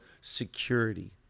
security